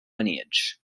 lineage